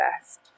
best